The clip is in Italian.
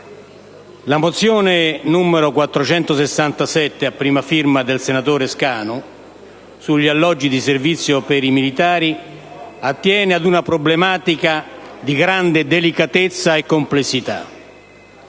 la mozione n. 467, a prima firma del senatore Scanu, sugli alloggi di servizio per i militari, attiene ad una problematica di grande delicatezza e complessità: